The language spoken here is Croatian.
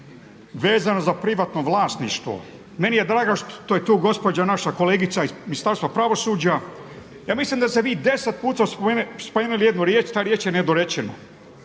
vezano za privatno vlasništvo. Meni je drago što je tu gospođa naša kolegica iz Ministarstva pravosuđa. Ja mislim da ste vi 10 puta spomenuli jednu riječ, ta riječ je nedorečena.